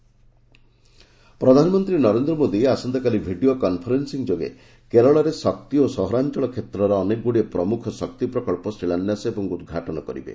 ପ୍ରଧାନମନ୍ତ୍ରୀ କେରଳ ପ୍ରଧାନମନ୍ତ୍ରୀ ନରେନ୍ଦ୍ର ମୋଦୀ ଆସନ୍ତାକାଲି ଭିଡିଓ କନ୍ଫରେନ୍ନିଂ ଯୋଗେ କେରଳରେ ଶକ୍ତି ଓ ସହରାଞ୍ଚଳ କ୍ଷେତ୍ର ଅନେକଗ୍ରଡିଏ ପ୍ରମ୍ରଖ ଶକ୍ତି ପ୍ରକଳ୍ପ ଶିଳାନ୍ୟାସ ଓ ଉଦ୍ଘାଟନ କରିବେ